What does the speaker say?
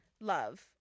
Love